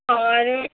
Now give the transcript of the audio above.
اور